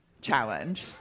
challenge